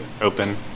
open